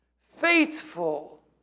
Faithful